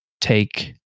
take